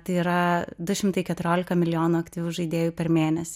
tai yra du šimtai keturiolika milijonų aktyvių žaidėjų per mėnesį